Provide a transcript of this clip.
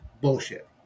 bullshit